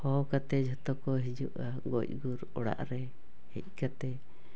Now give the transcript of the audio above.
ᱦᱚᱦᱚ ᱠᱟᱛᱮᱫ ᱡᱷᱚᱛᱚ ᱠᱚ ᱦᱤᱡᱩᱼᱟ ᱜᱚᱡᱽ ᱜᱩᱨ ᱚᱲᱟᱜᱨᱮ ᱦᱮᱡ ᱠᱟᱛᱮᱫ